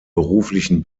beruflichen